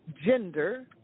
gender